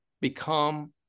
become